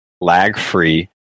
lag-free